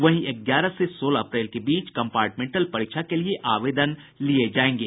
वहीं ग्यारह से सोलह अप्रैल के बीच कम्पार्टमेंटल परीक्षा के लिए आवेदन लिये जायेंगे